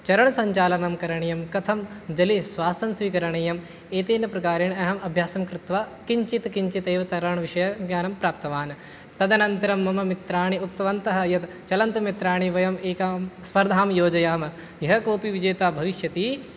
चरणसञ्चालनं करणीयं कथं जले श्वासं स्वीकरणीयं एतेन प्रकारेण अहम् अभ्यासं कृत्वा किञ्चित् किञ्चित् एव तरणविषयज्ञानं प्राप्तवान् तदनन्तरं मम मित्राणि उक्तवन्तः यद् चलन्तु मित्राणि वयम् एकां स्पर्धां योजयाम यः कोऽपि विजेता भविष्यति